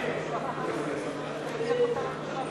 56. אני קובע כי